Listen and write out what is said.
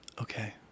Okay